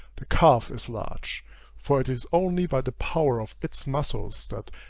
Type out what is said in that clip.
the calf is large for it is only by the power of its muscles that,